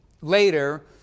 later